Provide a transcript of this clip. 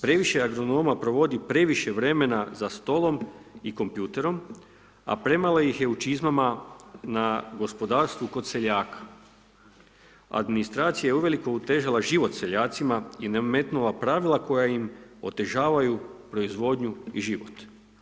Previše agronoma provodi previše vremena za stolom i kompjuterom, a premalo ih je u čizmama na gospodarstvu kod seljaka, administracija je uveliko otežala život seljacima i nametnula pravila koja im otežavaju proizvodnu i život.